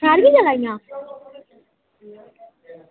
सारियां चला दियां